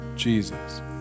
Jesus